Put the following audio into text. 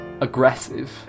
aggressive